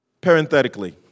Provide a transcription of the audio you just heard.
Parenthetically